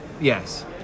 Yes